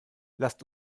lasst